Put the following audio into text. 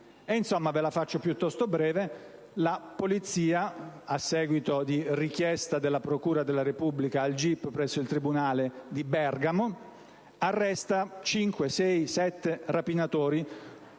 Insomma, per farla breve, la Polizia, a seguito di richiesta della procura della Repubblica al GIP presso il tribunale di Bergamo, arresta cinque, sei, sette rapinatori,